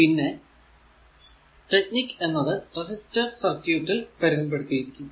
പിന്നെ ടെക്നിക് എന്നത് resistor circuit ൽ പരിമിതിപ്പെടുത്തിയിരിക്കും